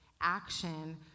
action